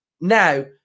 now